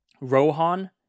Rohan